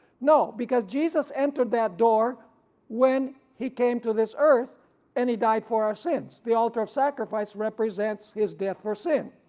no because jesus entered that door when he came to this earth and he died for our sins the altar of sacrifice represents his death for sin.